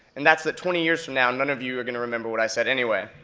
and that's that twenty years from now, none of you are gonna remember what i said anyway.